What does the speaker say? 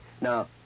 Now